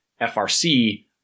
FRC